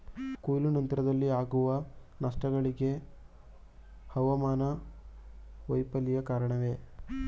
ಕೊಯ್ಲು ನಂತರದಲ್ಲಿ ಆಗುವ ನಷ್ಟಗಳಿಗೆ ಹವಾಮಾನ ವೈಫಲ್ಯ ಕಾರಣವೇ?